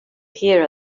here